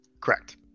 correct